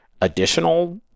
additional